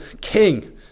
king